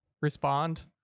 respond